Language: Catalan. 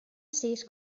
sis